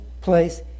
place